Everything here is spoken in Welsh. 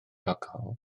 alcohol